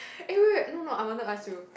eh wait wait wait no no I will not ask you